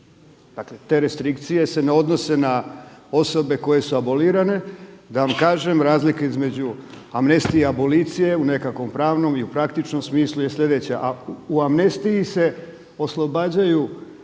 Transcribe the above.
Dakle, te restrikcije se ne odnose na osobe koje su abolirane. Da vam kažem razlika između amnestije i abolicije u nekakvom pravnom i u praktičnom smislu je sljedeća. U amnestiji se oslobađaju,